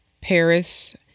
Paris